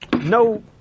No